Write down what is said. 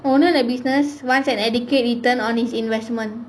owner the business once and educate written on its investment